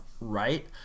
right